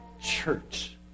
church